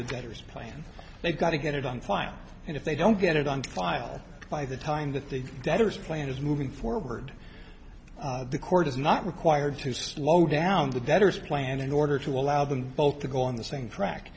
the debtor's plan they've got to get it on file and if they don't get it on file by the time that the debtor's plan is moving forward the court is not required to slow down the debtor's plan in order to allow them both to go on the same track